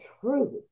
truth